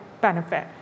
benefit